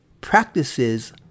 practices